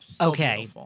Okay